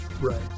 Right